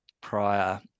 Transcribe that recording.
prior